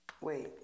Wait